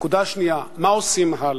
נקודה שנייה, מה עושים הלאה?